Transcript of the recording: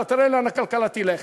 תראה לאן הכלכלה תלך.